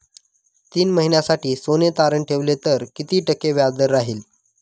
तीन महिन्यासाठी सोने तारण ठेवले तर किती टक्के व्याजदर राहिल?